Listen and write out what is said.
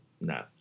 no